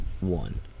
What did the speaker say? One